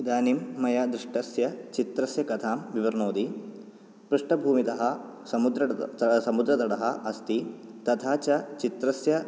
इदानीं मया दृष्टस्य चित्रस्य कथां विवृणोमि पृष्टभूमितः समुद्र समुद्रतटः अस्ति तथा च चित्रस्य